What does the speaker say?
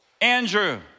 Andrew